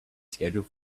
schedule